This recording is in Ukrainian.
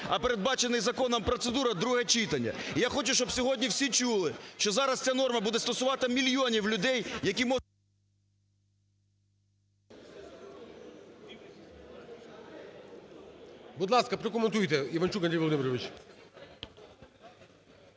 а передбачена законом процедура другого читання. І я хочу, щоб сьогодні всі чули, що зараз ця норма буде стосуватись мільйонів людей, які… ГОЛОВУЮЧИЙ. Будь ласка, прокоментуйте, Іванчук Андрій Володимирович.